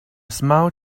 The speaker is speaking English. small